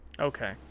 Okay